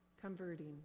converting